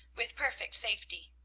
with perfect safety.